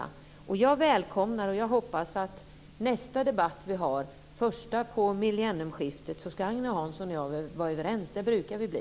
Jag hoppas att Agne Hansson och jag ska vara överens nästa debatt vi har, den första på det nya millenniet. Det brukar vi bli.